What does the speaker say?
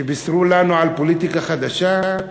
שבישרו לנו על פוליטיקה חדשה,